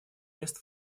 мест